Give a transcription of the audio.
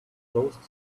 closed